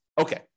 Okay